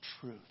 truth